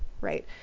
right